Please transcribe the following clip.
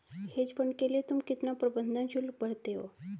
Hedge fund के लिए तुम कितना प्रबंधन शुल्क भरते हो?